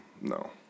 No